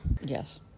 Yes